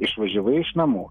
išvažiavai iš namų